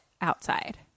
outside